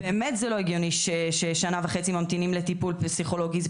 באמת זה לא הגיוני ששנה וחצי ממתינים לטיפול פסיכולוגי.